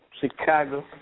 Chicago